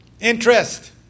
interest